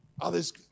Others